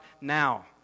now